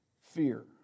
fear